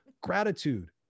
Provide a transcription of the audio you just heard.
Gratitude